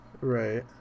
Right